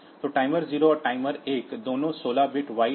तो टाइमर 0 और टाइमर 1 दोनों 16 बिट वाइड हैं